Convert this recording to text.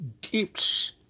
gifts